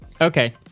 Okay